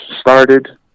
started